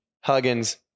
Huggins